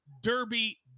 Derby